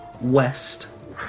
west